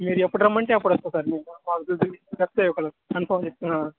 మీరు ఎప్పుడు రమ్మంటే అప్పుడు వస్తాను సార్ మీరు మాకు చెప్తే ఒకవేళ కన్ఫర్మ్ చేస్తున్నా